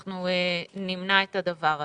אנחנו נמנע את הדבר הזה.